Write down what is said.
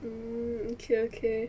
mm okay okay